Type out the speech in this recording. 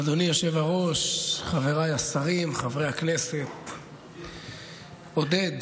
אדוני היושב-ראש, חבריי השרים, חברי הכנסת, עודד,